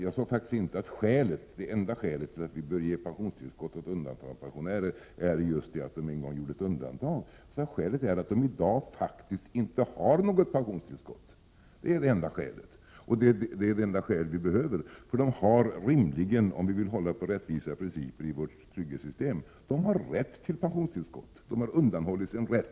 Jag sade faktiskt inte att det enda skälet till att vi bör ge pensionstillskott till de s.k. undantagandepensionärerna är att de en gång begärde undantagande från ATP-systemet. Skälet är att de i dag inte har något pensionstillskott. Det är det enda skälet, och det är det enda skäl vi behöver. De har rimligen rätt till pensionstillskott, om vi vill hålla på rättvisa principer i vårt trygghetssystem. De har undanhållits sin rätt.